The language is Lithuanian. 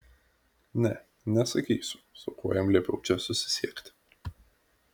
ne nesakysiu su kuo jam liepiau čia susisiekti